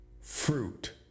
fruit